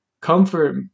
Comfort